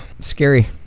Scary